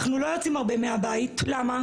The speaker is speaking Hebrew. אנחנו לא יוצאים הרבה מהבית, למה?